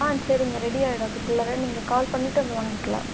ஆ சரிங்க ரெடி ஆகிடும் அதுக்குள்ளாற நீங்கள் கால் பண்ணிட்டு வந்து வாங்கிக்கலாம்